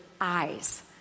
eyes